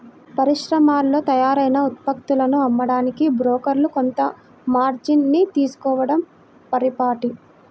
పరిశ్రమల్లో తయారైన ఉత్పత్తులను అమ్మడానికి బ్రోకర్లు కొంత మార్జిన్ ని తీసుకోడం పరిపాటి